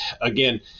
again